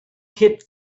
hit